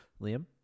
Liam